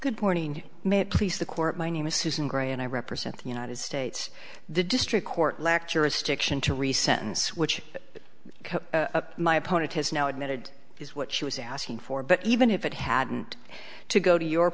good morning may it please the court my name is susan gray and i represent the united states the district court lecture a stiction to re sentence which my opponent has now admitted is what she was asking for but even if it hadn't to go to